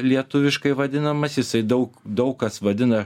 lietuviškai vadinamas jisai daug daug kas vadina